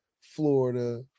Florida